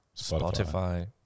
Spotify